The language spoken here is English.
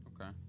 okay